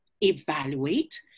evaluate